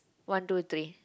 one two three